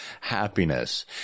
happiness